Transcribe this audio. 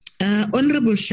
Honorable